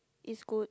is good